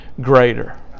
greater